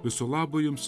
viso labo jums